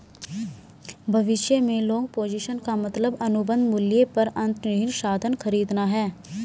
भविष्य में long position का मतलब अनुबंध मूल्य पर अंतर्निहित साधन खरीदना है